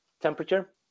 temperature